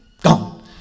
Gone